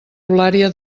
eulària